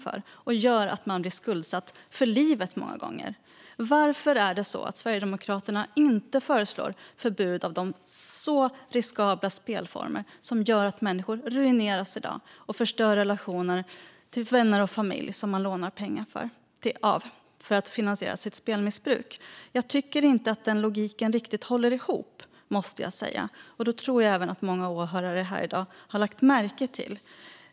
De gör många gånger att människor blir skuldsatta för livet. Varför föreslår inte Sverigedemokraterna förbud mot de riskabla spelformer som i dag gör att människor ruineras och förstör relationer till vänner och familj som man lånar pengar av för att finansiera sitt spelmissbruk? Jag tycker inte att logiken håller. Och jag tror att många åhörare här i dag har lagt märke till det.